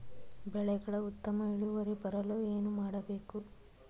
ಬೆಳೆಗಳ ಉತ್ತಮ ಇಳುವರಿ ಬರಲು ಏನು ಮಾಡಬೇಕು?